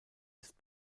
ist